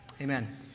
Amen